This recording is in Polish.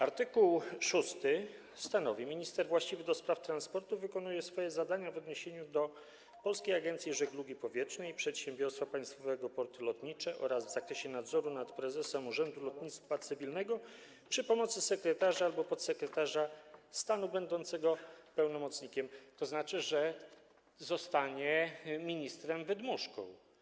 Art. 6 stanowi: minister właściwy do spraw transportu wykonuje swoje zadania w odniesieniu do Polskiej Agencji Żeglugi Powietrznej i Przedsiębiorstwa Państwowego „Porty Lotnicze” oraz w zakresie nadzoru nad prezesem Urzędu Lotnictwa Cywilnego przy pomocy sekretarza albo podsekretarza stanu będącego pełnomocnikiem, to znaczy, że zostanie ministrem wydmuszką.